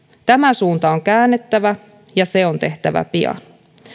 tämä suunta on käännettävä ja se on tehtävä pian